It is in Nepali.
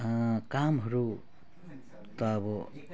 कामहरू त अब